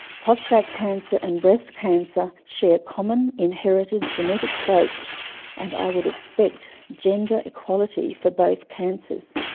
prostate cancer and breast cancer share common, inherited, genetic traits and i would expect gender equality for both cancers.